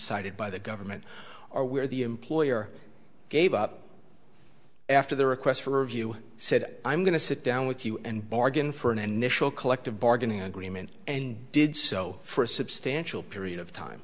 cited by the government or where the employer gave up after the request for review said i'm going to sit down with you and bargain for an initial collective bargaining agreement and did so for a substantial period of time